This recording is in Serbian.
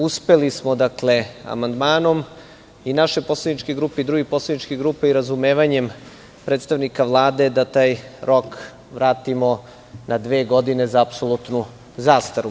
Uspeli smo amandmanom i naše poslaničke grupe i drugih poslaničkih grupa i razumevanjem predstavnika Vlade da taj rok vratimo na dve godine za apsolutnu zastarelost.